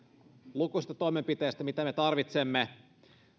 lukuisista toimenpiteistä joita me tarvitsemme